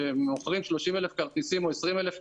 שמוכרים 30,000 כרטיסים או 20,000 מנויים,